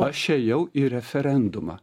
aš ėjau į referendumą